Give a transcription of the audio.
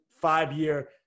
five-year